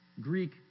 Greek